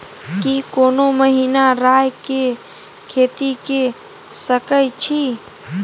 की कोनो महिना राई के खेती के सकैछी?